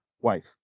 wife